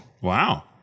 Wow